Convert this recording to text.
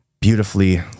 beautifully